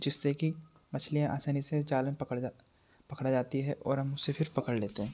जिससे कि मछलियाँ आसानी से जाल में पकड़ जा पकड़ जाती है और हम उसे फिर पकड़ लेते हैं